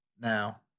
Now